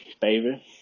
baby